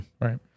Right